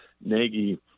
Nagy